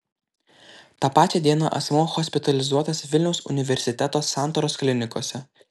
tą pačią dieną asmuo hospitalizuotas vilniaus universiteto santaros klinikose